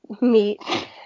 meet